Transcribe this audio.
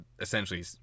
essentially